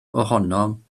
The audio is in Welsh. ohonom